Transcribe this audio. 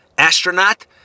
Astronaut